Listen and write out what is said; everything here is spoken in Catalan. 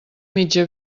mitja